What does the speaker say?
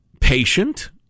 Patient